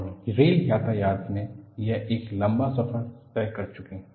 और रेल यातायात में हम एक लंबा सफर तय कर चुके हैं